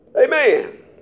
Amen